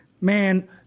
man